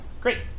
Great